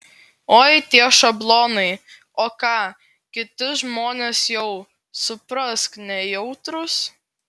oi tie šablonai o ką kiti žmonės jau suprask nejautrūs